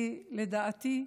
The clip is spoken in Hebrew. כי לדעתי,